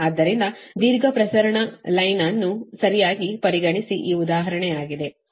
ಆದ್ದರಿಂದ ಇದು ದೀರ್ಘ ಪ್ರಸರಣ ಲೈನ್ ಅನ್ನು ಸರಿಯಾಗಿ ಪರಿಗಣಿಸಿ ಈ ಉದಾಹರಣೆಯಾಗಿದೆ